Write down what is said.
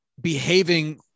behaving